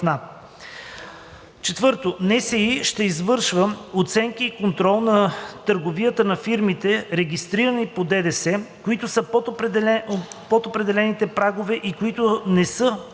институт ще извършва оценки и контрол на търговията на фирмите, регистрирани по ДДС, които са под определените прагове или които не са